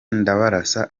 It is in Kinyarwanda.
ndabarasa